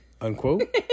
Unquote